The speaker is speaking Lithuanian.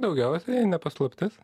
daugiausiai jei ne paslaptis